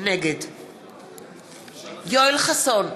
נגד יואל חסון,